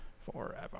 forever